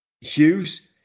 Hughes